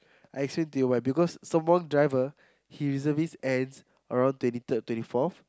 I explain to you why because Sembawang driver he reservist ends around twenty third twenty fourth